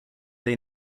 they